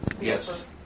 Yes